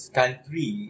country